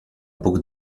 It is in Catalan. puc